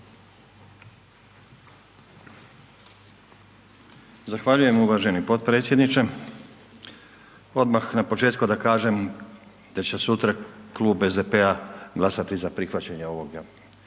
Zahvaljujem uvaženi potpredsjedniče. Odmah na početku da kažem da će sutra Klub SDP-a glasati za prihvaćanje ovoga